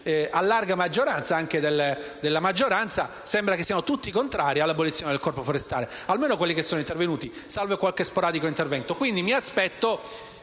che ho sentito, anche della maggioranza, sembra che siano tutti contrari all'abolizione del Corpo forestale (almeno quelli intervenuti e salvo qualche sporadico intervento).